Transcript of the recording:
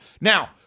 Now –